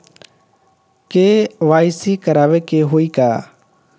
KYC करावे के होई का?